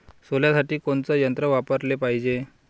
सोल्यासाठी कोनचं यंत्र वापराले पायजे?